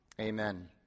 Amen